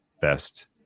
best